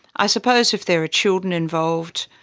i suppose if there are children involved,